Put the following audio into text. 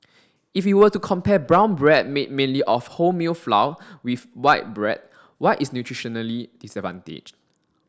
if we were to compare brown bread made mainly of wholemeal flour with white bread white is nutritionally disadvantaged